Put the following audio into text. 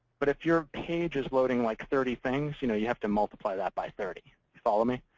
but if your page is loading like thirty things, you know you have to multiply that by thirty. you follow me?